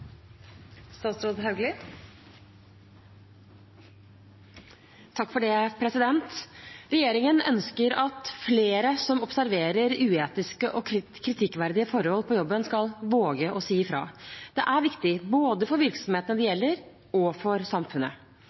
for varslingsinstituttet. Regjeringen ønsker at flere som observerer uetiske og kritikkverdige forhold på jobben, skal våge å si ifra. Det er viktig både for virksomhetene det gjelder, og for samfunnet.